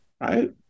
right